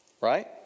Right